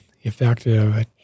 effective